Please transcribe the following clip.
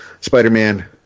Spider-Man